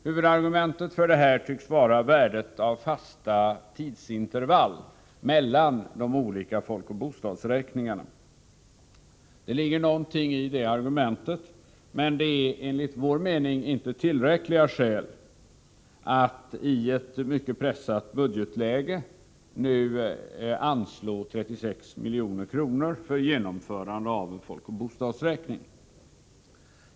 Huvudargumentet för detta tycks vara värdet av fasta tidsintervall mellan de olika folkoch bostadsräkningarna. Det ligger någonting i det argumentet, men det är enligt vår mening inte tillräckliga skäl att i ett mycket pressat budgetläge nu anslå 36 milj.kr. för genomförande av en folkoch bostadsräkning.